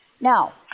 Now